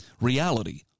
Reality